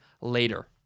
later